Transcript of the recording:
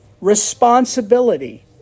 responsibility